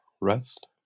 rest